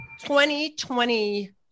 2020